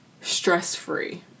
stress-free